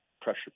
pressure